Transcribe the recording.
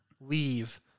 leave